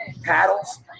paddles